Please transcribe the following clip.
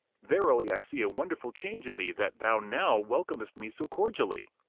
verily i see a wonderful change in thee, that thou now welcomest me so cordially!